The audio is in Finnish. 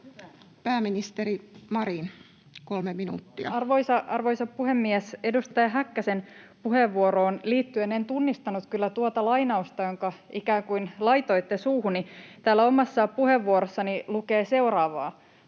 Time: 15:41 Content: Arvoisa puhemies! Edustaja Häkkäsen puheenvuoroon liittyen en tunnistanut kyllä tuota lainausta, jonka ikään kuin laitoitte suuhuni. Täällä omassa puheenvuorossani lukee seuraavaa: